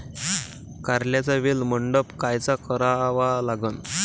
कारल्याचा वेल मंडप कायचा करावा लागन?